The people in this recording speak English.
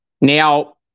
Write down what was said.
Now